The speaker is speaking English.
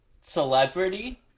celebrity